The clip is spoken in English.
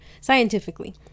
scientifically